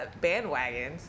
bandwagons